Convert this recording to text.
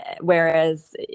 whereas